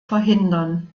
verhindern